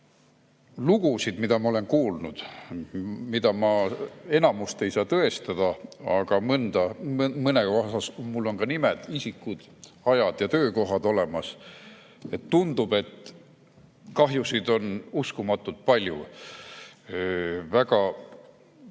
on lugusid, mida ma olen kuulnud, millest enamikku ma küll ei saa tõestada, aga mõne kohta on mul ka nimed, isikud, ajad ja töökohad olemas, ja tundub, et kahjusid on uskumatult palju. Väga